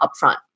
upfront